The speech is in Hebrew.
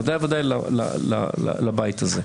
בוודאי לבית הזה.